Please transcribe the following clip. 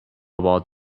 about